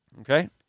okay